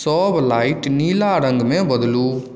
सब लाइट नीला रङ्गमे बदलू